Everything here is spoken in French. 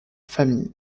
famille